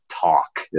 talk